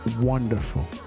wonderful